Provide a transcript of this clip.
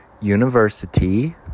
University